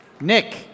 Nick